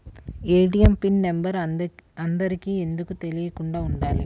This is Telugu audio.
ఏ.టీ.ఎం పిన్ నెంబర్ అందరికి ఎందుకు తెలియకుండా ఉండాలి?